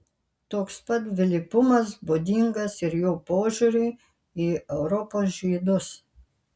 toks pat dvilypumas būdingas ir jo požiūriui į europos žydus